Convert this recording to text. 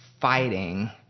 fighting